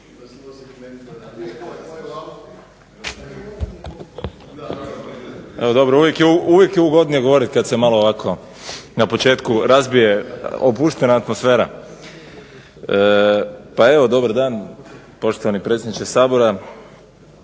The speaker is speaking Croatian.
uvijek je ugodnije govoriti kad se malo ovako na početku razbije opuštena atmosfera. Pa evo, dobar dan poštovani predsjedniče Sabora.